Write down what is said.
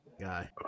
Guy